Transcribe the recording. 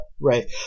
Right